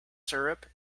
syrup